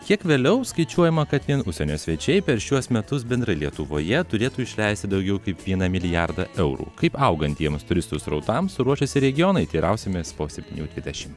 kiek vėliau skaičiuojama kad vien užsienio svečiai per šiuos metus bendrai lietuvoje turėtų išleisti daugiau kaip vieną milijardą eurų kaip augantiems turistų srautams ruošiasi regionai teirausimės po septynių dvidešim